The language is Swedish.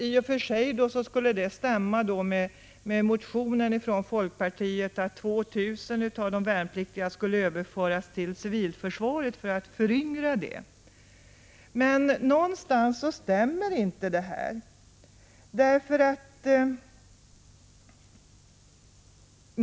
I och för sig skulle det kunna stämma med det som står i folkpartiets motion, att 2 000 av de värnpliktiga skulle överföras till civilförsvaret för att föryngra detta. Men någonstans stämmer inte det här.